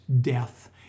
death